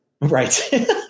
Right